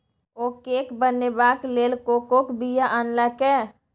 ओ cake बनेबाक लेल कोकोक बीया आनलकै